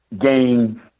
gain